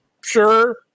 sure